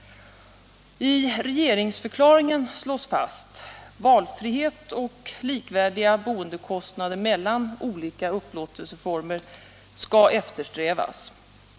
I regeringsförklaringen slås fast: ”Valfrihet och likvärdiga boendekostnader mellan olika upplåtelseformer skall eftersträvas.